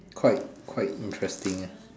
quite quite interesting ah